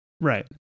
Right